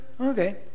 okay